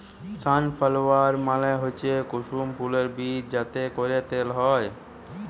sunflower মালে হচ্যে কুসুম ফুলের বীজ যাতে ক্যরে তেল হ্যয়